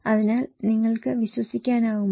അതിനാൽ നിങ്ങൾക്ക് വിശ്വസിക്കാനാകുമോ